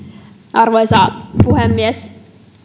arvoisa puhemies